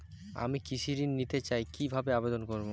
আমি কৃষি ঋণ নিতে চাই কি ভাবে আবেদন করব?